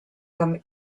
comme